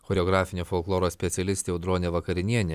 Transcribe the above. choreografinio folkloro specialistė audronė vakarinienė